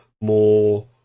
more